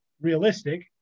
realistic